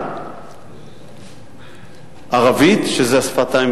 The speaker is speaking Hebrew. בעזרת השם,